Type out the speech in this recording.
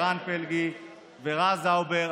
ערן פלגי ורז האובר.